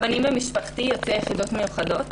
הבנים במשפחתי הם יוצאי יחידות מיוחדות